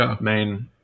main